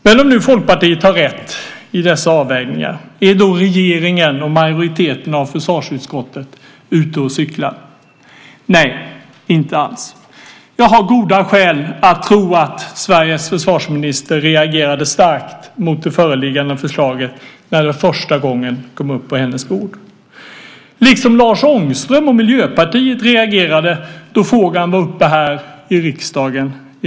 Men om nu Folkpartiet har rätt i dessa avvägningar, är då regeringen och majoriteten i försvarsutskottet ute och cyklar? Nej, inte alls! Jag har goda skäl att tro att Sveriges försvarsminister starkt reagerade mot det föreliggande förslaget när det första gången kom på hennes bord - liksom Lars Ångström och Miljöpartiet reagerade då frågan i höstas var uppe här i riksdagen.